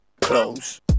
close